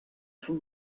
from